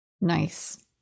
Nice